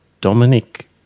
Dominic